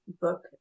book